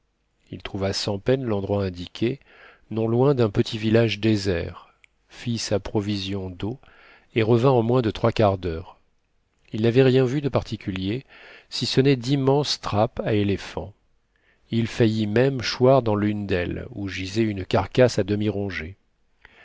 il trouva sans peine l'endroit indiqué non loin d'un petit village désert fit sa provision d'eau et revint en moins de trois quarts d'heure il n'avait rien vu de particulier si ce n'est d'immenses trappes à éléphant il faillit même choir dans l'une d'elles où gisait une carcasse à